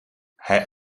hij